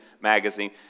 Magazine